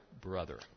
brother